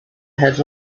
had